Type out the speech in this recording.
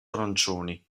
arancioni